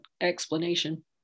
explanation